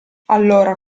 allora